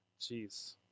Jeez